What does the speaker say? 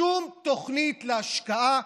שום תוכנית להשקעה,